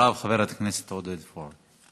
אחריו חבר הכנסת עודד פורר.